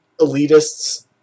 elitists